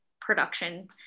production